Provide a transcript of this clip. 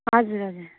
हजुर हजुर